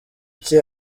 cye